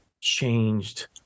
changed